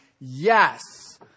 Yes